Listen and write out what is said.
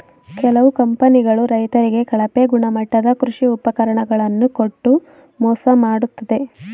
ಕೆಲವು ಕಂಪನಿಗಳು ರೈತರಿಗೆ ಕಳಪೆ ಗುಣಮಟ್ಟದ ಕೃಷಿ ಉಪಕರಣ ಗಳನ್ನು ಕೊಟ್ಟು ಮೋಸ ಮಾಡತ್ತದೆ